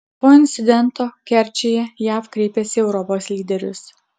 po incidento kerčėje jav kreipiasi į europos lyderius